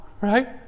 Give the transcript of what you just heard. Right